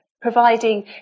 providing